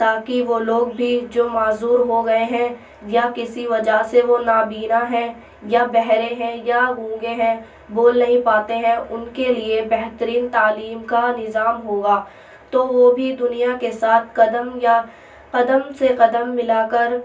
تاکہ وہ لوگ بھی جو معذور ہو گئے ہیں یا کسی وجہ سے وہ نابینا ہیں یا بہرے ہیں یا گونگے ہیں بول نہیں پاتے ہیں اُن کے لیے بہترین تعلیم کا نظام ہوگا تو وہ بھی دُنیا کے ساتھ قدم یا قدم سے قدم ملا کر